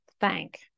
thank